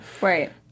Right